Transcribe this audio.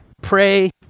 Pray